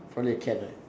probably a cat right